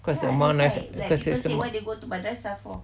cause the amount because there's some